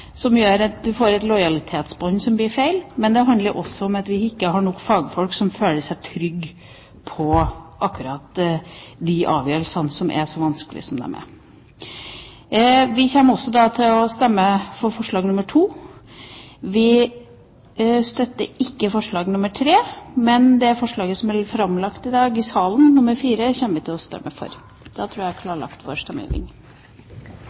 som gjør at en får et lojalitetsbånd som blir feil. Men det handler også om at vi ikke har nok fagfolk som føler seg trygge på akkurat de avgjørelsene som er så vanskelige som disse er. Vi kommer også til å stemme for forslag nr. 2. Vi støtter ikke forslag nr. 3, men det forslaget som er framlagt i salen i dag, forslag nr. 4, kommer vi til å stemme for. Da tror jeg